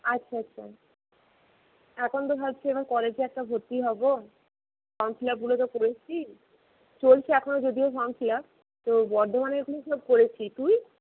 আচ্ছা আচ্ছা এখন তো ভাবছি এখন কলেজে একটা ভর্তি হবো ফর্ম ফিল আপগুলো তো করেছি চলছে এখনো যদিও ফর্ম ফিল আপ তো বর্ধমানেরগুলো সব করেছি তুই